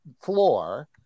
floor